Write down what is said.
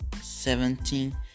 seventeen